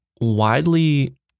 widely